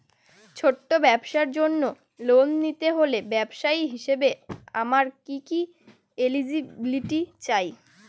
ছোট ব্যবসার জন্য লোন নিতে হলে ব্যবসায়ী হিসেবে আমার কি কি এলিজিবিলিটি চাই?